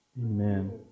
Amen